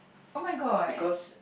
oh-my-god